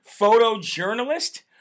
photojournalist